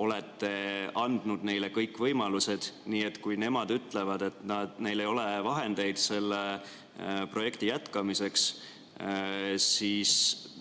olete andnud neile kõik võimalused. Kui nemad ütlevad, et neil ei ole vahendeid selle projekti jätkamiseks, siis